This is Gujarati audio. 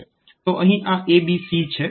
તો અહીં આ a b c છે